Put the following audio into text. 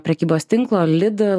prekybos tinklo lidl